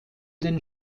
den